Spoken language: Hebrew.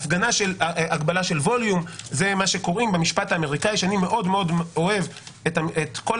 הגבלה של ווליום זה מה שקוראים במשפט האמריקאי ואני אוהב את המשפט